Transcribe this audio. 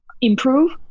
improve